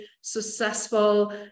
successful